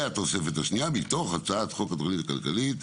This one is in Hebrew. והתוספת השניה) מתוך הצעת חוק התכלית הכלכלית,